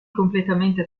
completamente